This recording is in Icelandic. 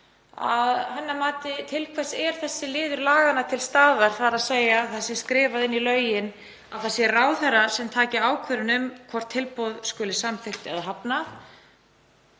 Til hvers er þessi liður laganna til staðar að hennar mati, þ.e. að það sé skrifað inn í lögin að það sé ráðherra sem taki ákvörðun um hvort tilboð skuli samþykkt eða hafnað?